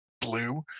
blue